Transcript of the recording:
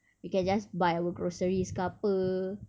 we can just buy our groceries ke apa